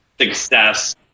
success